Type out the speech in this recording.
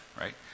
right